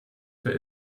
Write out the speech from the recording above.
für